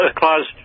clause